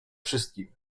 wszystkim